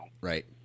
right